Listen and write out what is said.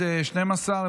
12,